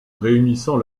réunissant